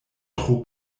tro